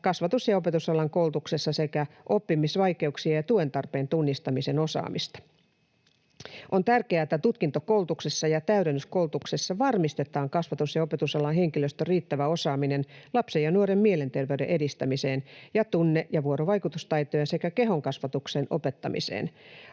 kasvatus- ja opetusalan koulutuksessa sekä oppimisvaikeuksien ja tuen tarpeen tunnistamisen osaamista. On tärkeää, että tutkintokoulutuksessa ja täydennyskoulutuksessa varmistetaan kasvatus- ja opetusalan henkilöstön riittävä osaaminen lapsen ja nuoren mielenterveyden edistämisessä ja tunne- ja vuorovaikutustaitojen sekä kehokasvatuksen opettamisessa.